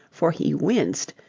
for he winced,